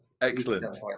excellent